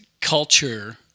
culture